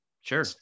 Sure